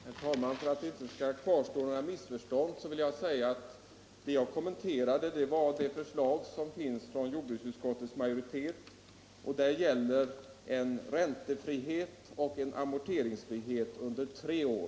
Herr talman! För att skingra herr Wachtmeisters i Johannishus missförstånd vill jag slå fast att det förslag som föreligger från jordbruksutskottets majoritet innebär räntefrihet och amorteringsfrihet under tre år.